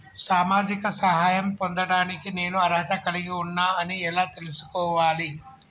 సామాజిక సహాయం పొందడానికి నేను అర్హత కలిగి ఉన్న అని ఎలా తెలుసుకోవాలి?